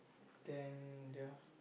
then yeah